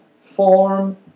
form